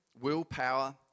willpower